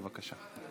בבקשה.